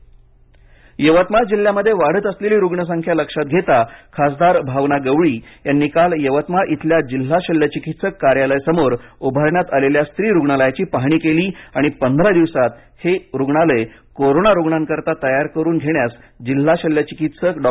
यवतमाळ रत्री रूग्णालय covid ward Yavatmal जिल्ह्यामध्ये वाढत असलेली रुग्णसंख्या लक्षात घेता खासदार भावना गवळी यांनी काल यवतमाळ इथल्या जिल्हा शल्य चिकित्सक कार्यालय समोर उभारण्यात आलेल्या स्त्री रुग्णालयाची पाहणी केली आणि पंधरा दिवसांत हे हॉस्पिटल कोरोना रुग्णांकरिता तयार करून घेण्यास जिल्हा शल्य चिकित्सक डॉ